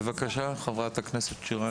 בבקשה, חברת הכנסת שרן.